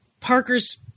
Parker's